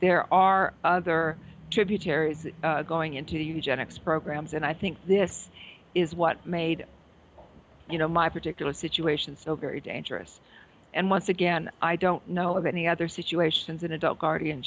there are other tributaries going into the eugenics programs and i think this is what made you know my particular situation so very dangerous and once again i don't know of any other situations in adult guardian